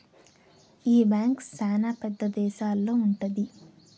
ఈ బ్యాంక్ శ్యానా పెద్ద దేశాల్లో ఉంటది